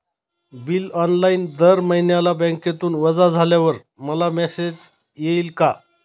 Bill online दर महिन्याला बँकेतून वजा झाल्यावर मला मेसेज येईल का?